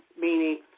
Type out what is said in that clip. Meaning